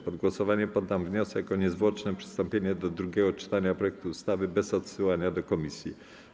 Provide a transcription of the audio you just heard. Pod głosowanie poddam wniosek o niezwłoczne przystąpienie do drugiego czytania projektu ustawy bez odsyłania do komisji.